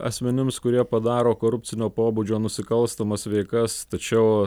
asmenims kurie padaro korupcinio pobūdžio nusikalstamas veikas tačiau